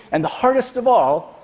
and the hardest of all,